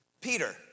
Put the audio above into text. Peter